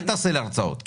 אל תעשה כאן הרצאות.